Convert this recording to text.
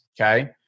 okay